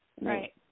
Right